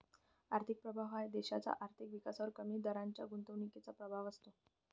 आर्थिक प्रभाव हा देशाच्या आर्थिक विकासावर कमी दराच्या गुंतवणुकीचा प्रभाव असतो